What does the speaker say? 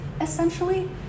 essentially